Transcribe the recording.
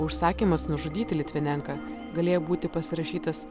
užsakymas nužudyti litvinenką galėjo būti pasirašytas